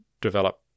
develop